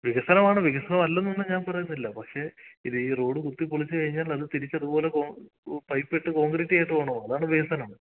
വികസനമാണ് വികസനം അല്ല എന്നൊന്നും ഞാൻ പറയുന്നില്ല പക്ഷെ ഈ റോഡ് കുത്തി പൊളിച്ച് കഴിഞ്ഞാൽ അത് തിരിച്ച് അത് പോലെ കോ പൈപ്പിട്ട് കോൺക്രീറ്റ് ചെയ്തിട്ട് പോകണം അതാണ് വികസനം